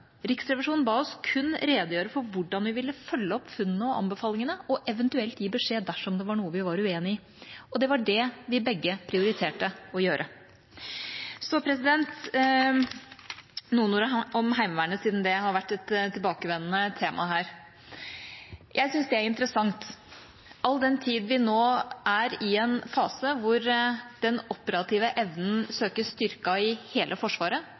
Riksrevisjonen ba oss kun redegjøre for hvordan vi ville følge opp funnene og anbefalingene, og eventuelt gi beskjed dersom det var noe vi var uenig i. Og det var det vi begge prioriterte å gjøre. Så noen ord om Heimevernet, siden det har vært et tilbakevendende tema her. Jeg syns det er interessant, all den tid vi nå er i en fase hvor den operative evnen søkes styrket i hele Forsvaret,